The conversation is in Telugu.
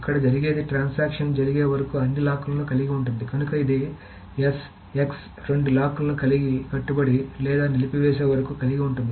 ఇక్కడ జరిగేది ట్రాన్సాక్షన్ జరిగే వరకు అన్ని లాక్లను కలిగి ఉంటుంది కనుక ఇది S X రెండు లాక్లను కట్టుబడి లేదా నిలిపివేసే వరకు కలిగి ఉంటుంది